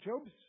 Job's